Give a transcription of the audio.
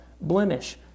blemish